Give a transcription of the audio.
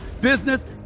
business